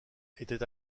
était